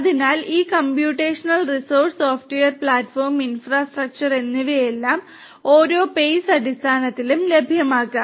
അതിനാൽ ഈ computational resource software platform infrastructure എന്നിവയെല്ലാം ഓരോ പേയ്സ് അടിസ്ഥാനത്തിലും ലഭ്യമാക്കാം